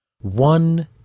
One